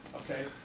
okay,